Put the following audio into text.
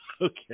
Okay